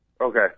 Okay